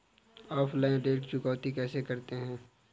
Offline ऋण चुकौती कैसे करते हैं?